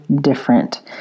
different